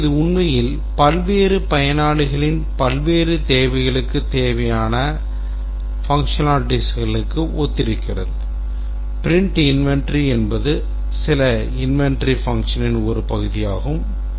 எனவே இது உண்மையில் பல்வேறு பயனாளிகளின் பல்வேறு தேவைகளுக்குத் தேவையான functionalitiesகளுக்கு ஒத்திருக்கிறது